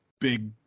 big